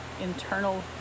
internal